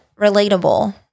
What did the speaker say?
relatable